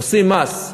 עושים מס.